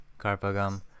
Karpagam